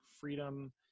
freedom